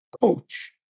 coach